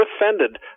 offended